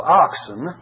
oxen